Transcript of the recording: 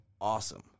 awesome